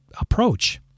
approach